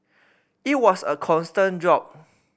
it was a constant job